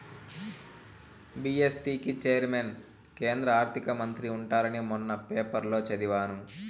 GST కి chairman కేంద్ర ఆర్థిక మంత్రి ఉంటారని మొన్న పేపర్లో చదివాను